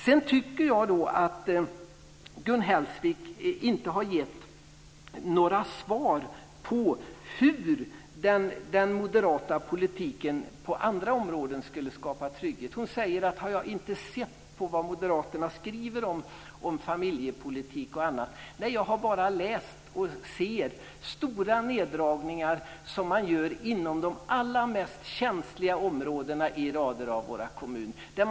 Jag tycker inte att Gun Hellsvik har gett några svar om hur den moderata politiken på andra områden skulle skapa trygghet. Hon frågar om jag inte har sett vad Moderaterna skriver om familjepolitik och annat. Nej, jag ser bara de stora neddragningar som man gör på de allra mest känsliga områdena i rader av kommuner.